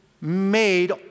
made